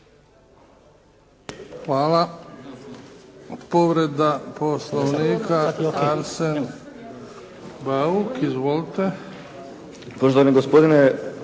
Hvala. Povreda poslovnika, Arsen Bauk. Izvolite.